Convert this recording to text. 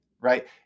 Right